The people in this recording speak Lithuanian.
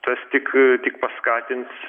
tas tik tik paskatins